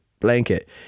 blanket